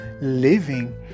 living